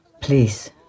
Please